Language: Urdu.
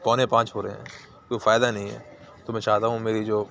پونے پانچ ہو رہے ہیں کوئی فائدہ نہیں ہے تو میں چاہتا ہوں میری جو